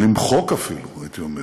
או למחוק, אפילו, הייתי אומר,